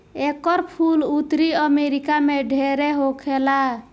एकर फूल उत्तरी अमेरिका में ढेर होखेला